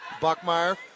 Buckmeyer